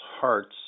hearts